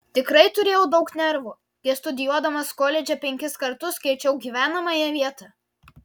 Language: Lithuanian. tikrai turėjau daug nervų kai studijuodamas koledže penkis kartus keičiau gyvenamąją vietą